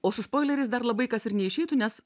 o su spoileriais dar labai kas ir neišeitų nes